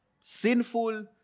sinful